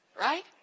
Right